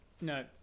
No